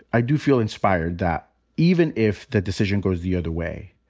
i do feel inspired that even if the decision goes the other way,